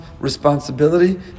responsibility